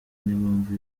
n’impamvu